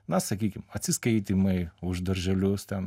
na sakykim atsiskaitymai už darželius tam